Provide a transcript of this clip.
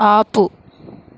ఆపు